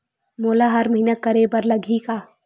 मोला हर महीना करे बर लगही का?